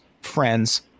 friends